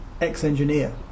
ex-engineer